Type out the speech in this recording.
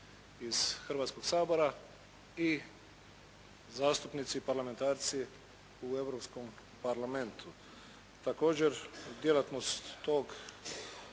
iz Hrvatskog sabora i zastupnici parlamentarci u Europskom parlamentu. Također djelatnost tog